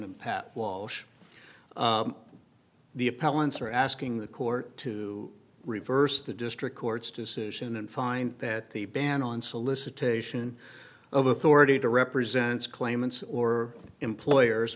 and pat walsh the appellants are asking the court to reverse the district court's decision and find that the ban on solicitation of authority to represents claimants or employers